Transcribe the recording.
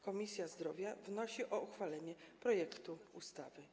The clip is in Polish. Komisja Zdrowia wnosi o uchwalenie projektu ustawy.